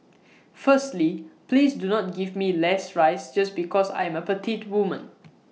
firstly please do not give me less rice just because I am A petite woman